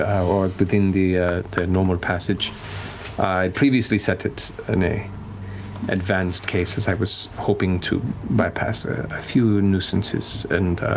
ah or begin the normal passage. i previously set it in a advanced case, as i was hoping to bypass a few nuisances, and.